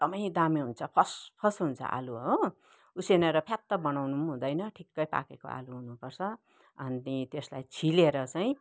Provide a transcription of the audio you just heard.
दमै दामी हुन्छ फस् फस् हुन्छ आलु हो उसिनेर फ्यात्त बनाउनु पनि हुँदैन ठिकै पाकेको आलु हुनुपर्छ अनि त्यसलाई छिलेर चाहिँ